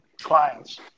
clients